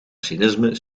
cynisme